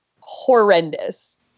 horrendous